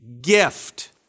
gift